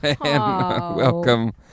Welcome